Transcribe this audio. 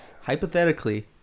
Hypothetically